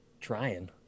Trying